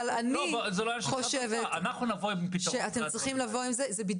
אני חושבת שאתם צריכים לבוא עם פתרון לזה.